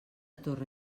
torre